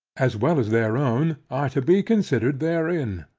as well as their own, are to be considered therein.